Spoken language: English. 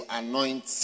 anoint